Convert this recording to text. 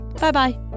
Bye-bye